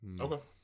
Okay